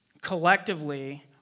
Collectively